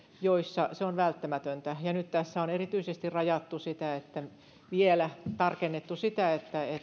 joissa se on välttämätöntä ja nyt tässä on erityisesti rajattu vielä tarkennettu sitä